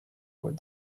board